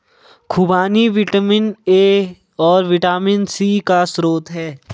खूबानी vitamin A और vitamin C का स्रोत है